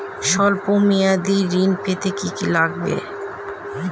সল্প মেয়াদী ঋণ পেতে কি কি লাগবে?